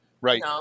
Right